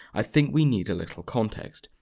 i think we need a little context,